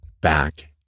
back